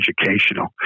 educational